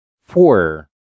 four